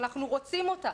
שאנחנו רוצים אותה,